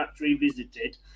revisited